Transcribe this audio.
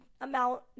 amount